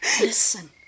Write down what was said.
Listen